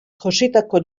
jositako